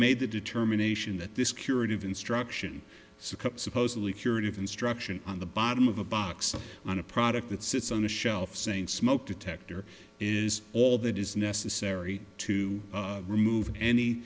made the determination that this curative instruction supposedly curative instruction on the bottom of a box on a product that sits on the shelf saying smoke detector is all that is necessary to remove any